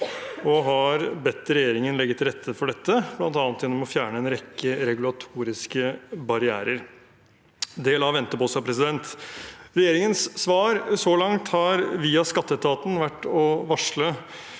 og har bedt regjeringen legge til rette for dette, bl.a. gjennom å fjerne en rekke regulatoriske barrierer. Det lar vente på seg. Regjeringens svar så langt har vært å varsle,